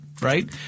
right